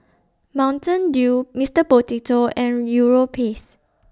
Mountain Dew Mister Potato and Europace